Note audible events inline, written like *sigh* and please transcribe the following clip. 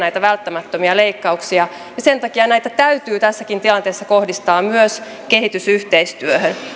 *unintelligible* näitä välttämättömiä leikkauksia ja sen takia näitä täytyy tässäkin tilanteessa kohdistaa myös kehitysyhteistyöhön